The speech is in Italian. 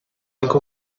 anche